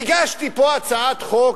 והגשתי פה הצעת חוק,